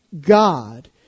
God